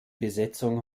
besetzung